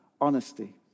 honesty